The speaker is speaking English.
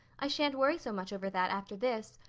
i shan't worry so much over that after this.